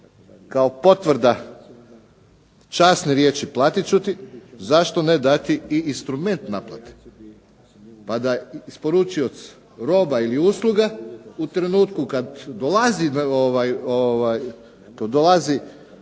kao potvrda časne riječi platit ću ti, zašto ne dati i instrument naplate. Mada isporučioc roba ili usluga u trenutku kad dolazi